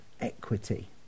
equity